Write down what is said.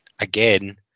again